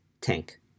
tank